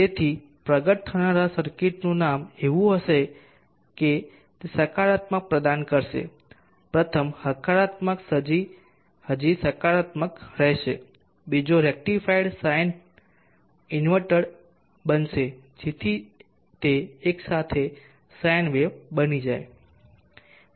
તેથી પ્રગટ થનારા સર્કિટનું કામ એવું હશે કે તે સકારાત્મક પ્રદાન કરશે પ્રથમ હકારાત્મક હજી સકારાત્મક રહેશે બીજો રેકટીફાઈડ સાઇન ઇન્વર્ટડ બનશે જેથી તે એકસાથે સાઈન વેવ બની જાય